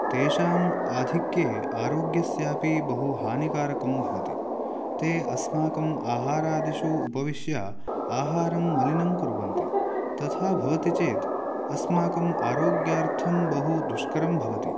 तेषाम् आधिक्ये आरोग्यस्यापि बहु हानिकारकं भवति ते अस्माकम् आहारादिषु उपविश्य आहारं मलिनं कुर्वन्ति तथा भवति चेत् अस्माकम् आरोग्यार्थं बहु दुष्करं भवति